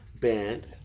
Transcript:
Band